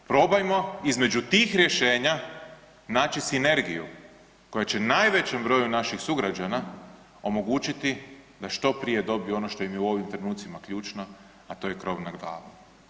Probajmo između tih rješenja naći sinergiju koja će najvećem broju naših sugrađana omogućiti da što prije dobiju ono što im je u ovim trenucima ključno, a to je krov nad glavom.